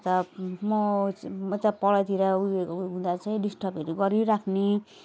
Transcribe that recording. म मतलब पढाइतिर उयोहरू हुँ हुँदा चाहिँ डिस्टर्बहरू गरिरहने